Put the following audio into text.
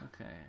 okay